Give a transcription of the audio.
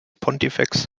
pontifex